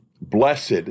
Blessed